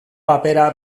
papera